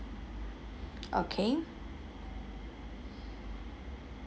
okay